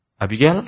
Abigail